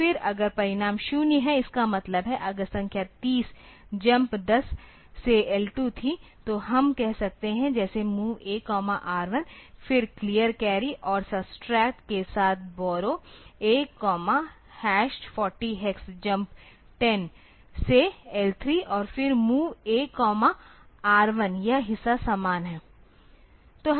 तो फिर अगर परिणाम 0 है इसका मतलब है अगर संख्या 30 जंप 10 से L2 थी तो हम कह सकते हैं जैसे MOV A R 1 फिर क्लियर कैरी और सब्सट्रैक्ट के साथ बोर्रो A40 hex जंप 1 0 से L 3 और फिर MOV A R1 यह हिस्सा समान है